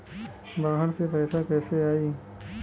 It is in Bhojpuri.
बाहर से पैसा कैसे आई?